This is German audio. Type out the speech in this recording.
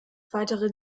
weitere